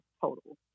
total